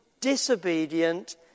disobedient